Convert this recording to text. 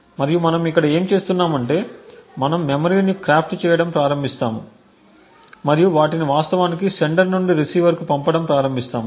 మరియు మనం ఇక్కడ ఏమి చేస్తున్నాం అంటే మనం మెమరీని క్రాఫ్ట్ చేయడం ప్రారంభిస్తాము మరియు వాటిని వాస్తవానికి సెండర్ నుండి రిసీవర్కు పంపడం ప్రారంభిస్తాము